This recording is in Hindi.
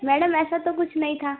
मैडम ऐसा तो कुछ नहीं था